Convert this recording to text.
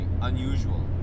unusual